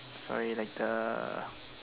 sorry like the